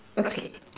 okay